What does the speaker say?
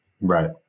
Right